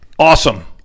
Awesome